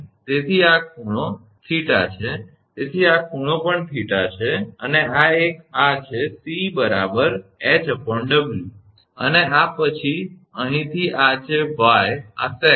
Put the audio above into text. તેથી આ ખૂણો થીટા છે તેથી આ ખૂણો પણ થીટા છે અને આ એક આ છે 𝑐 𝐻𝑊 અને આ પછી અહીંથી આ છે 𝑦 આ સેગ છે